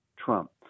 Trump